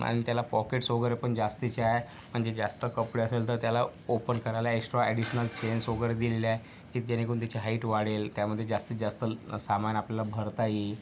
आणि त्याला पॉकेट्स वगैरे पण जास्तीचे आहे म्हणजे जास्त कपडे असेल तर त्याला ओपन करायला एक्स्ट्रा अॅडीशनल चेन्स वगैरे दिलेल्या आहे की जेणेकरून त्याची हाईट वाढेल त्यामध्ये जास्तीत जास्त सामान आपल्याला भरता येईल